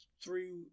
three